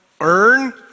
earn